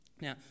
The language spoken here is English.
Now